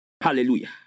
Hallelujah